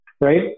right